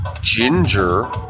ginger